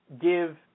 give